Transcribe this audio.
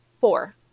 four